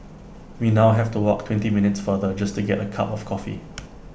we now have to walk twenty minutes farther just to get A cup of coffee